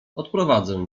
odprowadzę